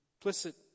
implicit